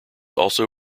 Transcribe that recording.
also